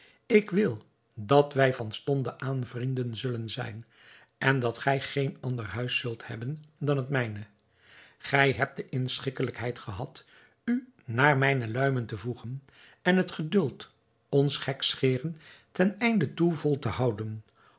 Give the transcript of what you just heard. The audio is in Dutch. ik wil dat wij van stonden aan vrienden zullen zijn en dat gij geen ander thuis zult hebben dan het mijne gij hebt de inschikkelijkheid gehad u naar mijne luimen te voegen en het geduld ons gekscheren ten einde toe vol te houden